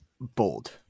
Bold